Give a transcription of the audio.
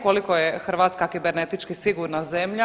Koliko je Hrvatska kibernetički sigurna zemlja.